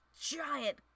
giant